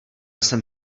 jsem